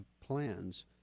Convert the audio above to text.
plans